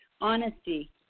honesty